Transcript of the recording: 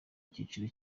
cyiciro